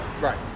Right